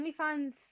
OnlyFans